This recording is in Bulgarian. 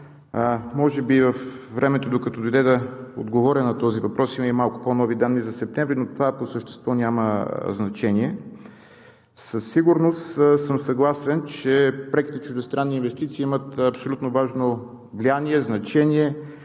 Може би във времето, докато дойде да отговоря на този въпрос, има и малко по-нови данни за септември, но това по същество няма значение. Със сигурност съм съгласен, че преките чуждестранни инвестиции имат абсолютно важно влияние, значение